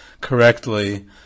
correctly